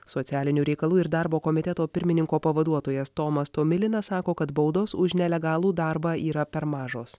socialinių reikalų ir darbo komiteto pirmininko pavaduotojas tomas tomilinas sako kad baudos už nelegalų darbą yra per mažos